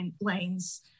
lanes